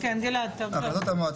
כן, גלעד, בבקשה.